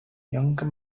younger